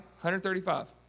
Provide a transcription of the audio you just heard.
$135